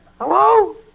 Hello